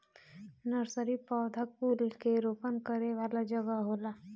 nursery पौधा कुल के रोपण करे वाला जगह होला